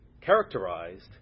characterized